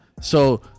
So-